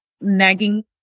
nagging